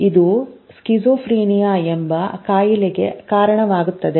ಇದು ಸ್ಕಿಜೋಫ್ರೇನಿಯಾ ಎಂಬ ಕಾಯಿಲೆಗೆ ಕಾರಣವಾಗುತ್ತದೆ